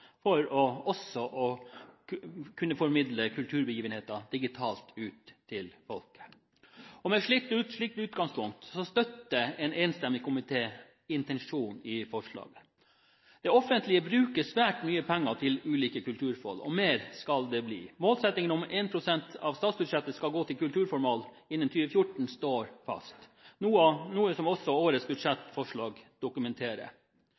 plass for også å kunne formidle kulturbegivenheter digitalt ut til folket. Med et slikt utgangspunkt støtter en enstemmig komité intensjonen i forslaget. Det offentlige bruker svært mye penger til ulike kulturformål, og mer skal det bli. Målsettingen om at 1 pst. av statsbudsjettet skal gå til kulturformål innen 2014, står fast, noe som også årets budsjettforslag dokumenterer.